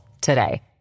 today